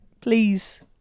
Please